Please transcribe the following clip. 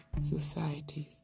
societies